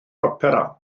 opera